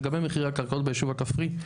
לגבי מחירי הקרקעות ביישוב הכפרי,